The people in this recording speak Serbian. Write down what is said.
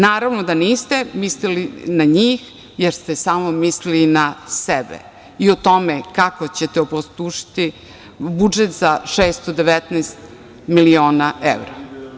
Naravno da niste mislili na njih, jer ste samo mislili na sebe i o tome kako ćete opustošiti budžet za 619 miliona evra.